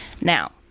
now